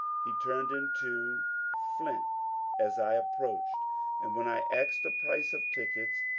he turned into fiint as i approached and when i asked the price of tickets,